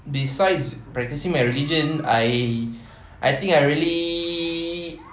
besides practising my religion I I think I really